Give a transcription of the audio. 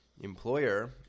employer